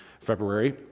February